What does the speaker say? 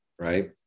right